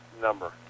number